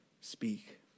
speak